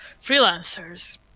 freelancers